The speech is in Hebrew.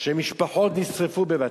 שמשפחות נשרפו בבתיהן,